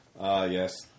Yes